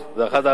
זו אחת ההערכות.